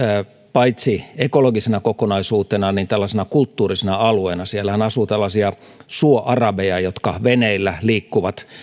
paitsi ekologisena kokonaisuutena myös tällaisena kulttuurisena alueena siellähän asuu tällaisia suoarabeja jotka veneillä liikkuvat